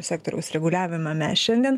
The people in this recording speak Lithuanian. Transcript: sektoriaus reguliavimą mes šiandien